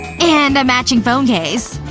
and a matching phone case.